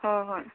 ꯍꯣꯏ ꯍꯣꯏ